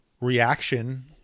reaction